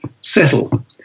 settle